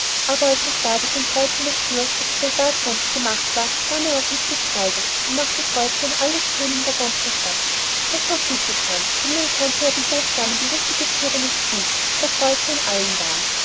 aber als er sah daß ein kreuz an der thür wo der soldat wohnte gemacht war nahm er auch ein stück kreide und machte kreuze an alle thüren in der ganzen stadt das war klug gethan denn nun konnte ja die hofdame die richtige thüre nicht finden da kreuze an allen waren